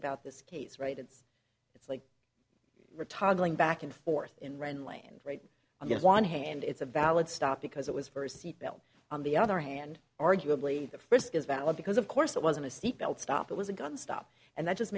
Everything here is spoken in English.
about this case right it's it's like we're toggling back and forth in rand land right on the one hand it's a valid stop because it was for a seatbelt on the other hand arguably the first is valid because of course it wasn't a seatbelt stop it was a gun stop and that just